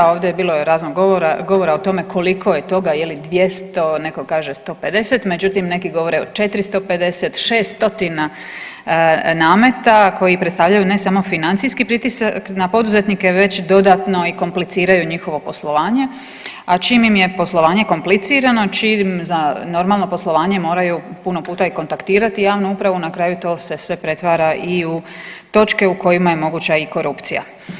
Ovdje je bilo raznog govora, govora o tome koliko je toga je li 200, netko kaže 150, međutim neki govore o 450, 6 stotina nameta koji predstavljaju ne samo financijski pritisak na poduzetnike već dodatno i kompliciraju njihovo poslovanje, a čim im je poslovanje komplicirano, za normalno poslovanje moraju puno puta i kontaktirati javnu upravu, na kraju to se sve pretvara i u točke u kojima je moguća i korupcija.